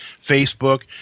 Facebook